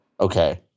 Okay